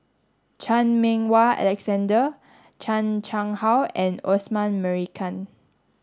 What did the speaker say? Chan Meng Wah Alexander Chan Chang How and Osman Merican